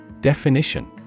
Definition